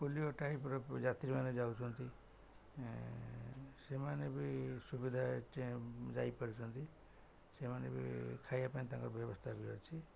polio ଟାଇପ୍ର ଯାତ୍ରୀମାନେ ଯାଉଛନ୍ତି ସେମାନେ ବି ସୁବିଧା ଯାଇପାରୁଛନ୍ତି ସେମାନେ ବି ଖାଇବା ପାଇଁ ତାଙ୍କର ବ୍ୟବସ୍ଥା ବି ଅଛି